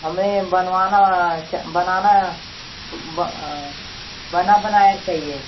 हमें बनवाना वनाना बनाना बना बनाया ही चाहिए